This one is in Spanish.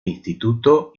instituto